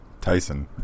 Tyson